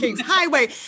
highway